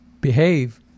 behave